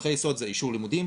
מסמכי היסוד זה אישור לימודים,